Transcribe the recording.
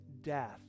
death